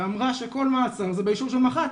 ואמרה שכל מאסר זה באישור של מח"ט.